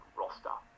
roster